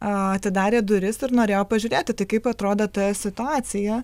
atidarė duris ir norėjo pažiūrėti tai kaip atrodo ta situacija